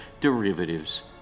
derivatives